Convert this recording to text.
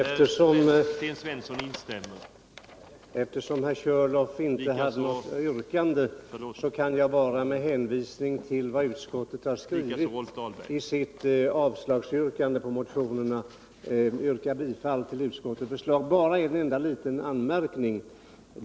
Herr talman! Eftersom herr Körlof inte hade något yrkande kan jag bara med hänvisning till vad utskottet har skrivit i sitt yrkande om avslag på motionerna yrka bifall till utskottets hemställan. Jag vill bara göra en enda liten anmärkning.